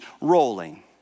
rolling